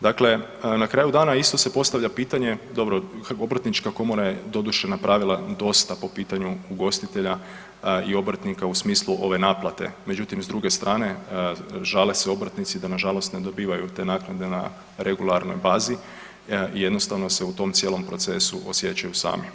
Dakle, na kraju dana isto se postavlja pitanje, dobro obrtnička komora je doduše napravila dosta po pitanju ugostitelja i obrtnika u smislu ove naplate, međutim s druge strane žale se obrtnici da nažalost ne dobivaju te naknade na regularnoj bazi i jednostavno se u tom cijelom procesu osjećaju sami.